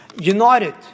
united